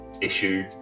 issue